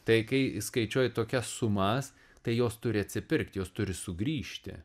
tai kai įskaičiuoji tokias sumas tai jos turi atsipirkti jos turi sugrįžti